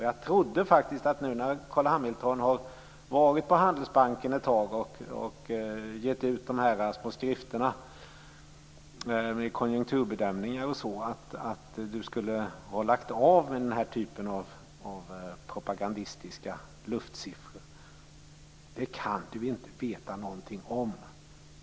Jag trodde faktiskt att Carl Hamilton, efter att ha varit på Handelsbanken ett tag och efter att ha gett ut sina små skrifter med konjunkturbedömningar o.d., skulle ha lagt av med här typen av propagandistiska luftsiffror. Det här kan Carl Hamilton nämligen inte veta något om.